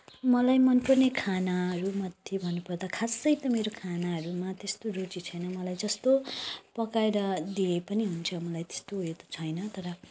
मलाई मनपर्ने खानाहरूमध्ये भन्नुपर्दा खासै त मेरो खानाहरूमा त्यस्तो रुचि छैन मलाई जस्तो पकाएर दिए पनि हुन्छ मलाई त्यस्तोहरू त छैन तर